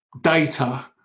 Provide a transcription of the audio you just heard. data